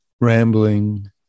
rambling